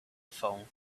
phone